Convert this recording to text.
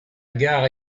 gare